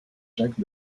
jacques